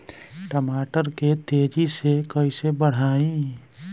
टमाटर के तेजी से कइसे बढ़ाई?